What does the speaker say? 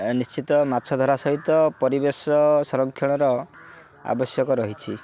ନିଶ୍ଚିତ ମାଛ ଧରା ସହିତ ପରିବେଶ ସଂରକ୍ଷଣର ଆବଶ୍ୟକ ରହିଛି